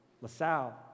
LaSalle